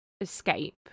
escape